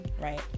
Right